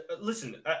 listen